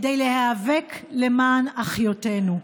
כדי להיאבק למען אחיותינו.